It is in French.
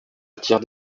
attire